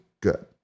good